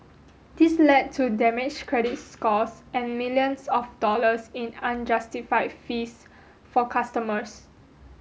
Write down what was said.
this led to damaged credit scores and millions of dollars in unjustified fees for customers